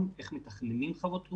של טורבינות הרוח איך מתכננים אותן,